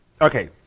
Okay